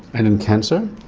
and in cancer?